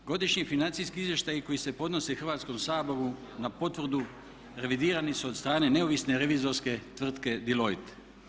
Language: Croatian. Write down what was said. Godišnji financijski izvještaji koji se podnose Hrvatskom saboru na potvrdu revidirani su od strane neovisne revizorske tvrtke Deloitte.